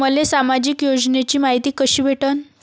मले सामाजिक योजनेची मायती कशी भेटन?